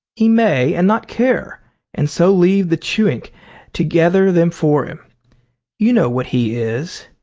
he may and not care and so leave the chewink to gather them for him you know what he is.